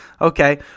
Okay